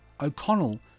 O'Connell